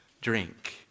drink